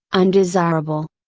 undesirable.